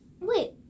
Wait